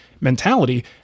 mentality